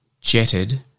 Jetted